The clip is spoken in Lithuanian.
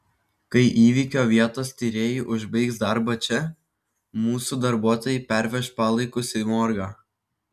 kai įvykio vietos tyrėjai užbaigs darbą čia mūsų darbuotojai perveš palaikus į morgą